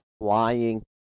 flying